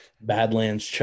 Badlands